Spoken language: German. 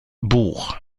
buch